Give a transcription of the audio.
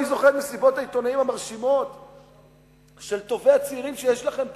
אני זוכר את מסיבות העיתונים המרשימות של טובי הצעירים שיש לכם פה,